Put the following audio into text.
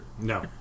No